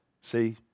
See